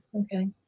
okay